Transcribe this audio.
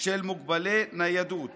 של מוגבלי ניידות